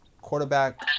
Quarterback